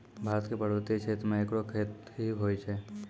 भारत क पर्वतीय क्षेत्रो म एकरो खेती होय छै